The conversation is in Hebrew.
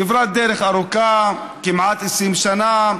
כברת דרך ארוכה, כמעט 20 שנה,